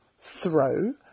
throw